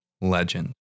legend